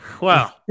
Wow